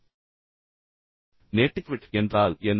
இப்போது நெட்டிக்வெட் என்றால் என்ன